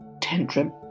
tantrum